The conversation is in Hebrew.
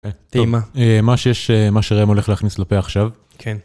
מה שיש, מה שרם הולך להכניס לפה עכשיו. כן.